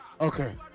Okay